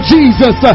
Jesus